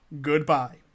Goodbye